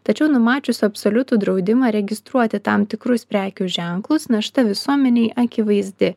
tačiau numačius absoliutų draudimą registruoti tam tikrus prekių ženklus našta visuomenei akivaizdi